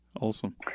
Awesome